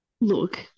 look